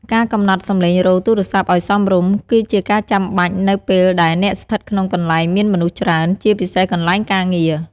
ការកំណត់សំឡេងរោទ៍ទូរស័ព្ទឲ្យសមរម្យ គឺជាការចាំបាច់ នៅពេលដែលអ្នកស្ថិតក្នុងកន្លែងមានមនុស្សច្រើន ជាពិសេសកន្លែងការងារ។